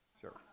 Sure